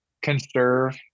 conserve